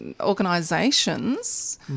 organisations